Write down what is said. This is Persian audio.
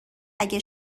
اگه